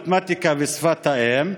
מתמטיקה ושפת האם,